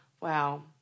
wow